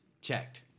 Checked